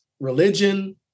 religion